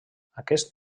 aquest